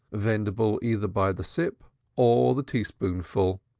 vendible either by the sip or the teaspoonful,